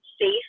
safe